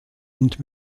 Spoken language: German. und